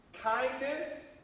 kindness